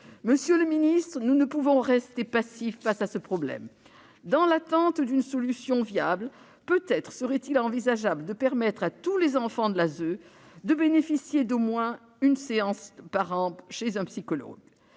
Monsieur le secrétaire d'État, nous ne pouvons rester passifs face à ce problème. Dans l'attente d'une solution viable, serait-il envisageable de permettre à tous les enfants de l'ASE de bénéficier d'au moins une séance par an chez un psychologue